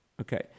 okay